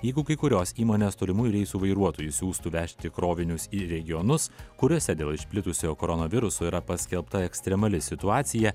jeigu kai kurios įmonės tolimųjų reisų vairuotojus siųstų vežti krovinius į regionus kuriuose dėl išplitusio koronaviruso yra paskelbta ekstremali situacija